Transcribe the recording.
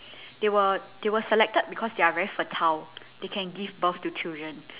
they were they were selected because they are very fertile they could give birth to children